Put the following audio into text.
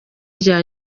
rya